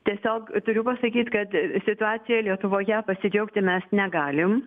tiesiog turiu pasakyt kad situacija lietuvoje pasidžiaugti mes negalim